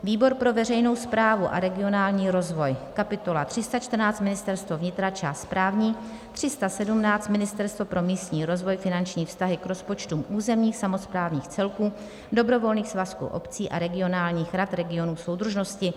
výbor pro veřejnou správu a regionální rozvoj: kapitola 314 Ministerstvo vnitra, část správní, 317 Ministerstvo pro místní rozvoj, finanční vztahy k rozpočtům územních samosprávných celků, dobrovolných svazků obcí a regionálních rad regionů soudržnosti ,